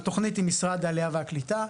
על תוכנית עם משרד העלייה והקליטה,